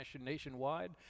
nationwide